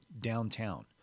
downtown